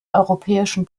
europäischen